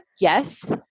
Yes